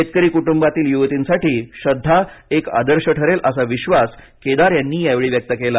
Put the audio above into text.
शेतकरी कुटुंबातील युवतींसाठी श्रद्धा एक आदर्श ठरेल असा विश्वास केदार त्यांनी यावेळी व्यक्त केला